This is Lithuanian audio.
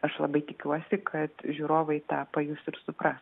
aš labai tikiuosi kad žiūrovai tą pajus ir supras